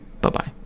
Bye-bye